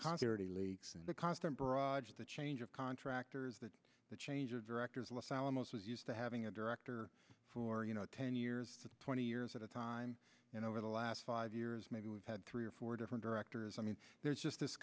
continuity leaks and the constant barrage of the change of contractors that the change of directors los alamos was used to having a director for you know ten years twenty years at a time over the last five years maybe we've had three or four different directors i mean there's just this